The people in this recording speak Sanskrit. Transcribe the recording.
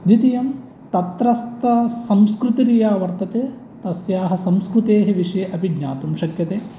द्वितीयं तत्रस्त संस्कृतरिया वर्तते तस्याः संस्कृतेः विषये अपि ज्ञातुं शक्यते